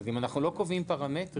אם אנחנו לא קובעים פרמטרים,